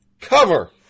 Cover